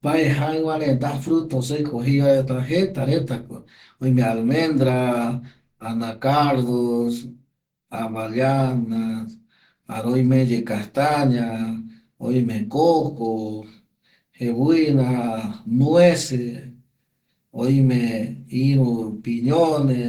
Mbae jaiva reta fruto seco jeta retako oime almendra, anacardo, amallama, jare oimeye castaña oime koko jevuina, nuece oime iru piñone